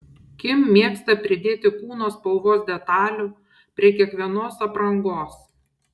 kim mėgsta pridėti kūno spalvos detalių prie kiekvienos aprangos